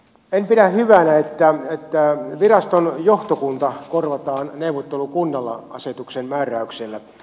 en pidä hyvänä että viraston johtokunta korvataan neuvottelukunnalla asetuksen määräyksellä